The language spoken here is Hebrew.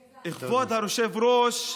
//"